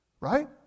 right